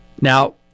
Now